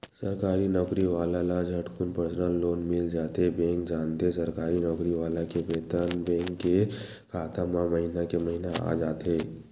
सरकारी नउकरी वाला ल झटकुन परसनल लोन मिल जाथे बेंक जानथे सरकारी नउकरी वाला के बेतन बेंक के खाता म महिना के महिना आ जाथे